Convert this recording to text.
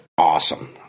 awesome